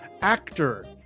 Actor